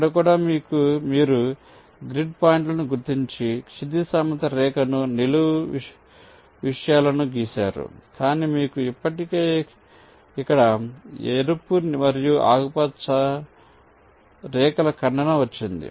ఇక్కడ కూడా మీరు గ్రిడ్ పాయింట్లను గుర్తించి క్షితిజ సమాంతర రేఖను నిలువు విషయాలను గీసారు కానీ మీకు ఇప్పటికే ఇక్కడ ఎరుపు మరియు ఆకుపచ్చ రేఖల ఖండన వచ్చింది